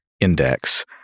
Index